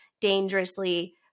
dangerously